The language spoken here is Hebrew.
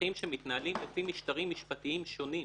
שטחים שמתנהלים לפי משטרים משפטיים שונים.